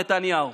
מנתניהו.